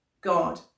God